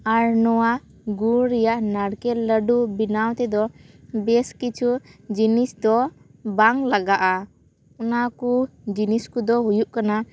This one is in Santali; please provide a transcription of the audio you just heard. ᱟᱨ ᱱᱚᱣᱟ ᱜᱩᱲ ᱨᱮᱭᱟᱜ ᱱᱟᱨᱠᱮᱞ ᱞᱟᱹᱰᱩ ᱵᱮᱱᱟᱣ ᱛᱮᱫᱚ ᱵᱮᱥ ᱠᱤᱪᱷᱩ ᱡᱤᱱᱤᱥ ᱫᱚ ᱵᱟᱝ ᱞᱟᱜᱟᱜᱼᱟ ᱚᱱᱟᱠᱚ ᱡᱤᱱᱤᱥ ᱠᱚᱫᱚ ᱦᱩᱭᱩᱜ ᱠᱟᱱᱟ